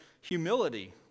humility